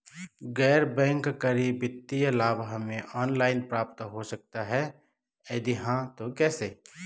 गैर बैंक करी वित्तीय लाभ हमें ऑनलाइन प्राप्त हो सकता है यदि हाँ तो कैसे?